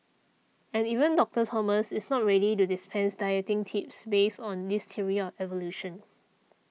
and even Doctor Thomas is not ready to dispense dieting tips based on this theory of evolution